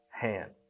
hand